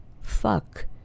fuck